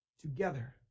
together